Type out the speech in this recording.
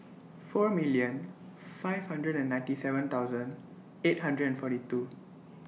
four million five hundred and ninety seven thousand eight hundred and forty two